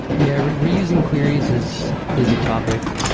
yeah, reusing queries is is a topic.